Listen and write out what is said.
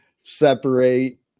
separate